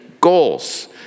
goals